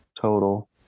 total